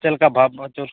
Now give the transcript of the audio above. ᱪᱮᱫ ᱞᱮᱠᱟ ᱵᱷᱟᱵ